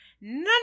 none